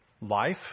life